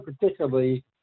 particularly